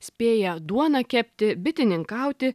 spėja duoną kepti bitininkauti